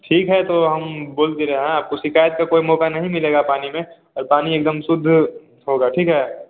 ठीक है तो हम बोल दे रहें आपको शिकायत का कोई मौक़ा नहीं मिलेगा पानी में और पानी एक दम शुद्ध होगा ठीक है